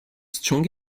strong